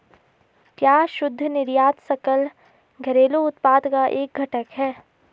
क्या शुद्ध निर्यात सकल घरेलू उत्पाद का एक घटक है?